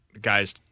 guys